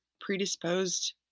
predisposed